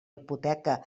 hipoteca